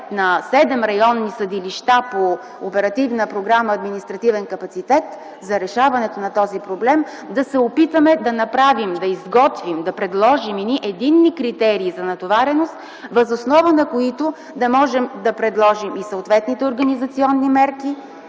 на седем районни съдилища по Оперативна програма „Административен капацитет” за решаването на този проблем, да се опитаме да направим, да изготвим, да предложим единни критерии за натовареност, въз основа на които да можем да предложим и съответните организационни мерки